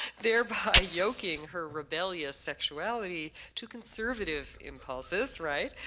thereby yoking her rebellious sexuality to conservative impulses. right?